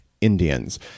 Indians